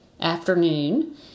afternoon